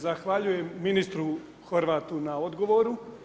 Zahvaljujem ministru Horvatu na odgovoru.